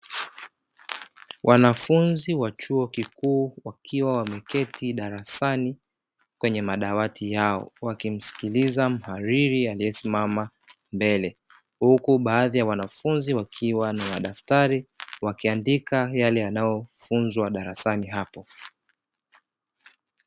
Wanafunzi wa chuo kikuu wakiwa wameketi darasani kwenye madawati yao wakimsikiliza mhariri aliyesimama mbele, huku baadhi ya wanafunzi wakiwa na madaftari wakiandika yale yanayofunzwa darasani hapo.